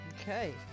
Okay